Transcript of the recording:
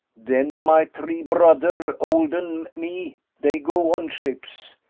den my tree bro'der, older'n me, dey go on ships.